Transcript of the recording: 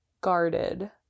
guarded